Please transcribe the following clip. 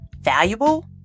valuable